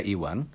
Iwan